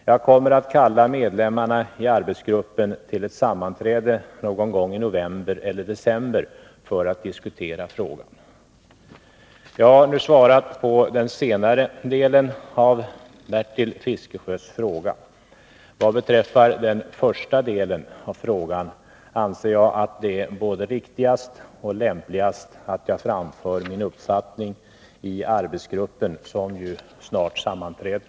Jag kommer att kalla medlemmarna i arbetsgruppen till ett sammanträde någon gång i november eller december för att diskutera frågan. Jag har nu svarat på den senare delen av Bertil Fiskesjös fråga. Vad beträffar den första delen av frågan anser jag att det är både riktigast och lämpligast att jag framför min uppfattning i arbetsgruppen, som ju snart sammanträder.